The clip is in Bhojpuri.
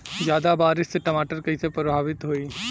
ज्यादा बारिस से टमाटर कइसे प्रभावित होयी?